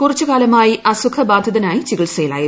കുറച്ചുകാലമായി അസുഖബാധിതനായി ചികിത്സയിലായിരുന്നു